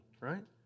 right